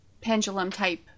pendulum-type